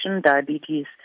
Diabetes